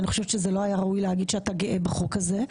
אני חושבת שזה לא היה ראוי להגיד שאתה גאה בחוק הזה.